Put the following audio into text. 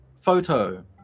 Photo